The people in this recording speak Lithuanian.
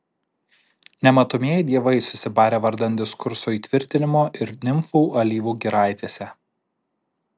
nematomieji dievai susibarę vardan diskurso įtvirtinimo ir nimfų alyvų giraitėse